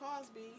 Cosby